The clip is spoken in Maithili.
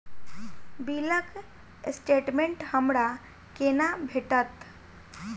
बिलक स्टेटमेंट हमरा केना भेटत?